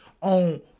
on